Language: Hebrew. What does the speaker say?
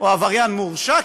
עבריין מורשע,